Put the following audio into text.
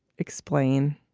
explain.